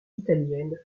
italienne